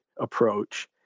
approach